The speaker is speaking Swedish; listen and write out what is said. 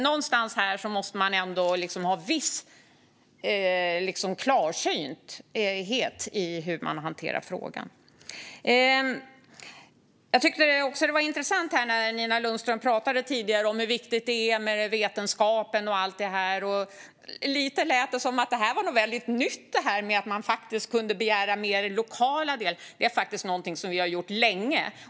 Någonstans måste det finnas en viss klarsyn i hur man hanterar frågan. Jag tycker också att det var intressant när Nina Lundström tidigare pratade om hur viktigt det är med vetenskap och allt det här. Det lät lite grann som om det var något väldigt nytt att man kan begära in mer lokala underlag, men det är faktiskt någonting som vi har gjort länge.